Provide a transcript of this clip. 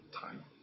time